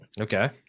Okay